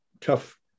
tough